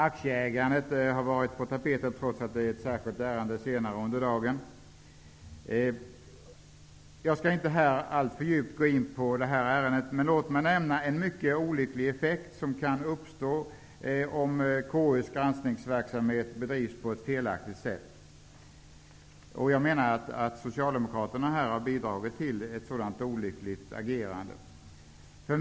Aktieägandet har varit på tapeten, trots att det är ett särskilt ärende senare under dagen. Jag skall inte alltför djupt gå in på det här ärendet, men låt mig nämna en mycket olycklig effekt som kan uppstå om KU:s granskningsverksamhet bedrivs på ett felaktigt sätt. Jag menar att Socialdemokraterna har bidragit till ett sådant olyckligt agerande.